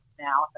now